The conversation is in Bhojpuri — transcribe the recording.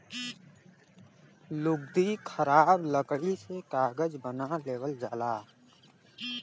लुगदी खराब लकड़ी से कागज बना लेवल जाला